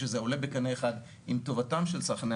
זה יהיה אחרת בנוסח, אבל כן.